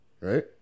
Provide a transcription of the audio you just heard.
Right